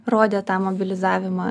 rodė tą mobilizavimą